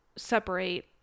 separate